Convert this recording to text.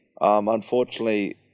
Unfortunately